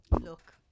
look